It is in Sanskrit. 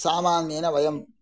सामान्येन वयं